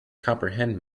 comprehend